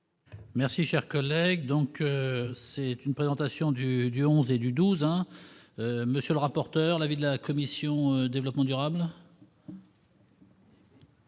Merci, cher collègue, donc c'est une présentation du du 11 et du 12 ans monsieur le rapporteur, l'avis de la commission développement durable.